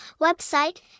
website